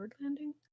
landing